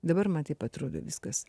dabar man taip atrodo viskas